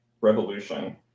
revolution